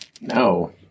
No